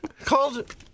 called